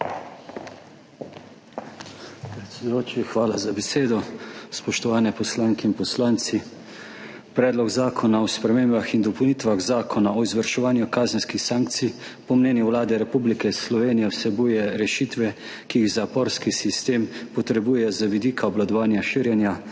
hvala za besedo. Spoštovane poslanke in poslanci! Predlog zakona o spremembah in dopolnitvah Zakona o izvrševanju kazenskih sankcij po mnenju Vlade Republike Slovenije vsebuje rešitve, ki jih zaporski sistem potrebuje z vidika obvladovanja širjenja